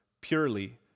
purely